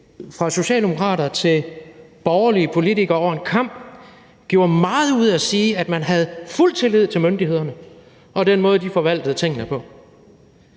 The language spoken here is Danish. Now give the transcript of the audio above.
fra socialdemokrater til borgerlige politikere over en kam gjorde man meget ud af at sige, at man havde fuld tillid til myndighederne og den måde, de forvaltede tingene på,